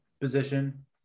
position